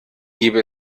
gäbe